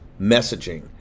messaging